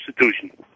institution